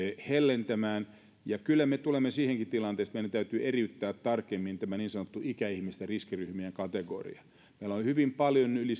hellentämään ja kyllä me tulemme siihenkin tilanteeseen että meidän täytyy eriyttää tarkemmin tämä niin sanottu ikäihmisten riskiryhmien kategoria meillä on hyvin paljon yli